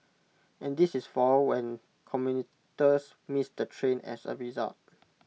and this is for when commuters miss the train as A result